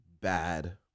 bad